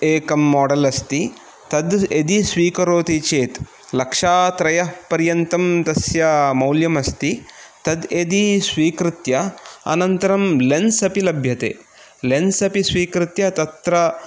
एकं माडल् अस्ति तद् यदि स्वीकरोति चेत् लक्षात्रयः पर्यन्तं तस्य मौल्यम् अस्ति तद् यदि स्वीकृत्य अनन्तरं लेन्स् अपि लभ्यते लेन्स् अपि स्वीकृत्य तत्र